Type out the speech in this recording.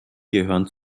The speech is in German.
gehören